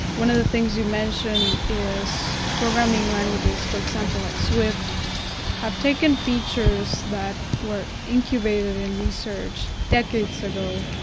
one of the things you mentioned is programming languages, for example, like swift have taken features that were incubated in research decades ago.